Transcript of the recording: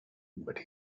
but